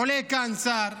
עולה כאן שר,